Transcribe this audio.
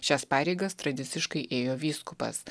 šias pareigas tradiciškai ėjo vyskupas